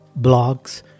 blogs